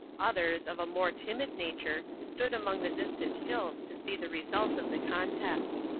others, of a more timid nature, stood among the distant hills to see the result of the contest.